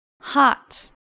hot